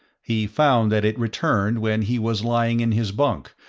he found that it returned when he was lying in his bunk,